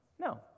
No